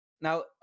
Now